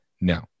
No